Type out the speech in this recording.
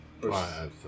right